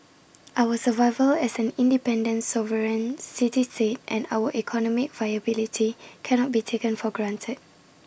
our survival as an independent sovereign city state and our economic viability cannot be taken for granted